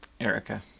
Erica